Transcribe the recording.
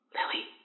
Lily